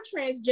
transgender